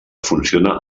funciona